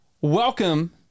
welcome